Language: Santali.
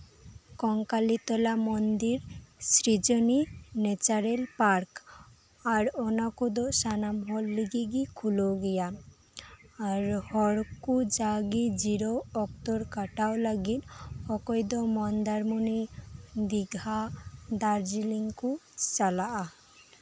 ᱠᱚᱝᱠᱟᱞᱤᱛᱚᱞᱟ ᱢᱚᱱᱫᱤᱨ ᱥᱨᱤᱡᱚᱱᱤ ᱱᱮᱪᱟᱨᱮᱞ ᱯᱟᱨᱠ ᱟᱨ ᱚᱱᱟ ᱠᱚᱫᱚ ᱥᱟᱱᱟᱢ ᱦᱚᱲ ᱞᱟᱹᱜᱤᱫ ᱜᱮ ᱠᱷᱩᱞᱟᱹᱣ ᱜᱮᱭᱟ ᱟᱨ ᱦᱚᱲ ᱠᱚ ᱡᱟᱣᱜᱮ ᱡᱤᱨᱟᱹᱜ ᱚᱠᱛᱚ ᱠᱟᱴᱟᱣ ᱞᱟᱹᱜᱤᱫ ᱚᱠᱚᱭ ᱫᱚ ᱢᱚᱱᱫᱟᱨᱢᱩᱱᱤ ᱫᱤᱜᱷᱟ ᱫᱟᱨᱡᱤᱞᱤᱝ ᱠᱚ ᱪᱟᱞᱟᱜᱼᱟ